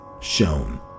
Shown